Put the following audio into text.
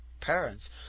parents